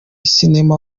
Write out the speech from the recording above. cinema